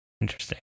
Interesting